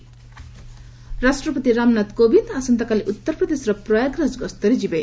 ପ୍ରେକ କୁମ୍ଭ ରାଷ୍ଟ୍ରପତି ରାମନାଥ କୋବିନ୍ଦ ଆସନ୍ତାକାଲି ଉତ୍ତରପ୍ରଦେଶର ପ୍ରୟାଗରାଜ ଗସ୍ତରେ ଯିବେ